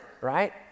Right